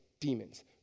demons